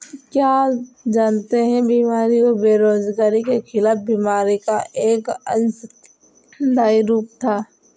क्या आप जानते है बीमारी और बेरोजगारी के खिलाफ बीमा का एक अंशदायी रूप था?